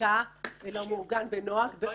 בחקיקה אלא הוא מעוגן בנוהג ----- זה מעוגן בתקשי"ר,